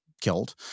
killed